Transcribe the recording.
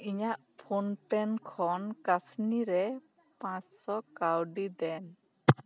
ᱤᱧᱟ ᱜ ᱯᱷᱳᱱ ᱯᱮᱱ ᱠᱷᱚᱱ ᱠᱟᱥᱱᱤ ᱨᱮ ᱯᱟᱸᱪᱥᱚ ᱠᱟᱹᱣᱰᱤ ᱫᱮᱱ